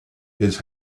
his